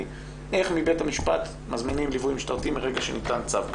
אלא איך מבית המשפט מזמינים ליווי משטרתי מרגע שניתן צו כזה.